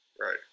right